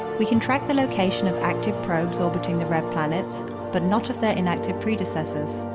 we can track the location of active probes orbiting the red planet but not of their inactive predecessors.